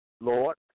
Lord